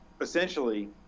essentially